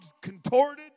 contorted